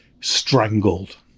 strangled